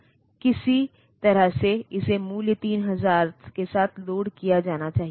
उदाहरण के लिए शायद RST 75 लाइनें एक माउस से जुड़ी हुई हैं और जब भी इस माउस को क्लिक किया जाता है